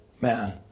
man